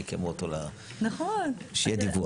שיהיה דיווח.